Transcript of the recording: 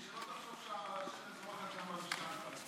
שלא תחשוב שהשמש זורחת גם במשכן.